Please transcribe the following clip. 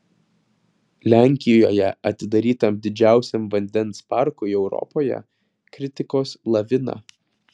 lenkijoje atidarytam didžiausiam vandens parkui europoje kritikos lavina